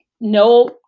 no